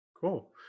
cool